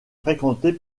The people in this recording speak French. fréquenté